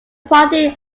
party